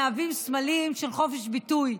מהווים סמלים של חופש ביטוי,